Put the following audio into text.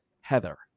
heather